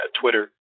Twitter